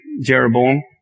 Jeroboam